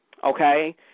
okay